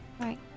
Right